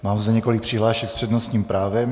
Mám zde několik přihlášek s přednostním právem.